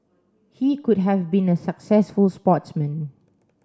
he could have been a successful sportsman